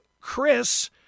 Chris